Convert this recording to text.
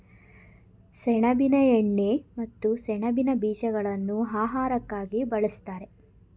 ಸೆಣಬಿನ ಎಣ್ಣೆ ಮತ್ತು ಸೆಣಬಿನ ಬೀಜಗಳನ್ನು ಆಹಾರಕ್ಕಾಗಿ ಬಳ್ಸತ್ತರೆ